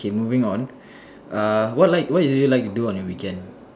okay moving on err what like what do you usually like to do on the weekend